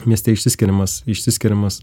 mieste išsiskiriamas išsiskiriamas